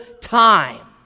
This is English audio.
time